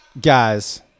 guys